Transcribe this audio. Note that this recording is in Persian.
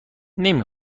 نمی